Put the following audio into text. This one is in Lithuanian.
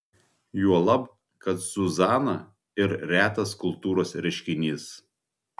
juolab kad zuzana ir retas kultūros reiškinys